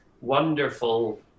wonderful